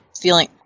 feeling